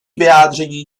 vyjádření